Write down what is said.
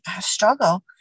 struggle